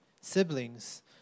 Siblings